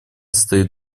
стоит